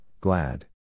Glad